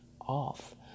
off